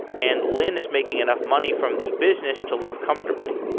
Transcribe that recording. and lynne is making enough money from the business to live comfortably.